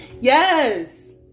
Yes